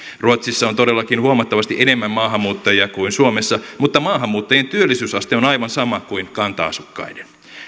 ruotsissa on todellakin huomattavasti enemmän maahanmuuttajia kuin suomessa mutta maahanmuuttajien työllisyysaste on on aivan sama kuin kanta asukkaiden